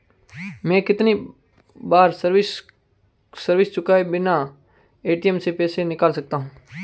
मैं कितनी बार सर्विस चार्ज चुकाए बिना ए.टी.एम से पैसे निकाल सकता हूं?